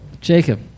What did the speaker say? Jacob